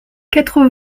quatre